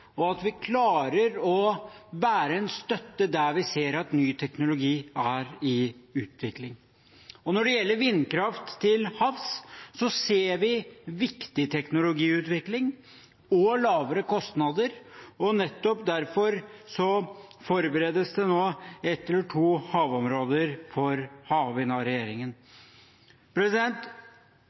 og at vi klarer å være en støtte der vi ser at ny teknologi er i utvikling. Når det gjelder vindkraft til havs, ser vi viktig teknologiutvikling og lavere kostnader, og nettopp derfor forberedes nå ett eller to havområder for havvind, av regjeringen.